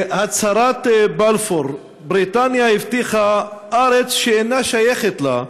בהצהרת בלפור, בריטניה הבטיחה ארץ שאינה שייכת לה,